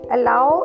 Allow